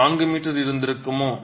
அது 4 mஇருந்திருக்குமா